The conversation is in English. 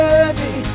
Worthy